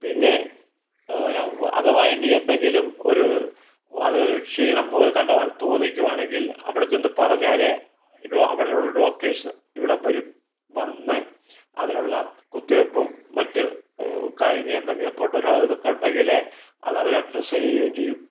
പിന്നെ അഥവാ ഇനി എന്തെങ്കിലും ഒരു അതിനൊര് ക്ഷീണം പോലെ കണ്ടമാനം തോന്നിക്കുവാണെങ്കിൽ അവിടെ ചെന്ന് പറഞ്ഞാലേ രോ അവിടെയുള്ള ഡോക്ടർസ് ഇവിടെ വരും വന്ന് അതിനുള്ള കുത്തിവെപ്പും മറ്റ് കാലിന് എന്തെങ്കിലും പൊട്ടലോ ഇതൊക്കെ ഉണ്ടെങ്കിലേ അത് അവര് ഡ്രസ്സ് ചെയ്യുകയും ചെയ്യും